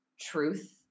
truth